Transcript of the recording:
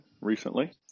recently